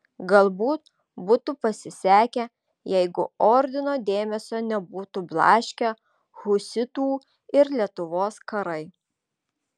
galbūt būtų pasisekę jeigu ordino dėmesio nebūtų blaškę husitų ir lietuvos karai